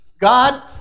God